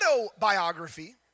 autobiography